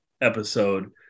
episode